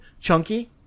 chunky